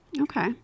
Okay